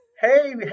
Hey